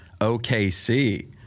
OKC